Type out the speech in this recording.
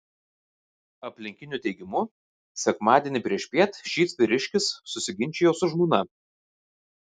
aplinkinių teigimu sekmadienį priešpiet šis vyriškis susiginčijo su žmona